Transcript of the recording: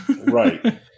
right